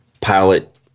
pilot